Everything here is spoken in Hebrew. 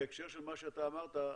בהקשר למה שאתה אמרת,